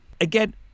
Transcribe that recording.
Again